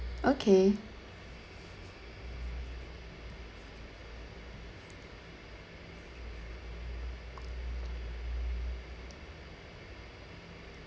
okay